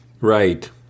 Right